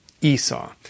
Esau